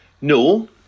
No